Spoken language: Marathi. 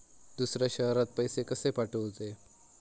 दुसऱ्या शहरात पैसे कसे पाठवूचे?